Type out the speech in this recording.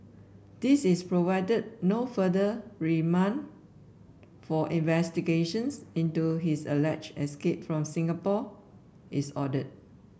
this is provided no further remand for investigations into his alleged escape from Singapore is ordered